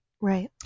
Right